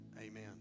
amen